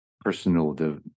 personal